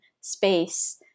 space